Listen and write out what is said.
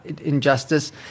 injustice